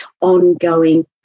ongoing